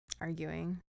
arguing